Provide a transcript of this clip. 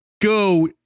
go